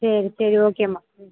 சரி சரி ஓகேம்மா ம்